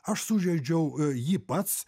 aš sužaidžiau jį pats